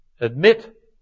Admit